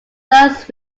thus